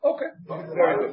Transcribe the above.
Okay